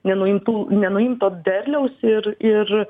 nenuimtų nenuimto derliaus ir ir